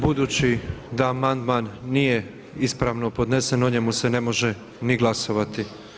Budući da amandman nije ispravno podnesen o njemu se ne može ni glasovati.